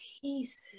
Jesus